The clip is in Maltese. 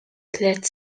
tliet